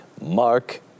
mark